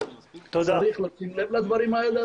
צריך לשים לב לדברים האלה.